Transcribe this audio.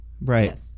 Right